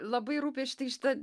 labai rūpi štai šita